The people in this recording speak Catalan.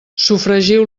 sofregiu